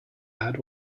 had